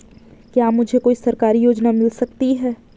क्या मुझे कोई सरकारी योजना मिल सकती है?